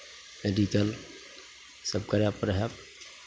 medical सभ करय पड़ै हए